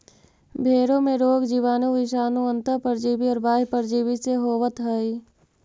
भेंड़ों में रोग जीवाणु, विषाणु, अन्तः परजीवी और बाह्य परजीवी से होवत हई